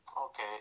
Okay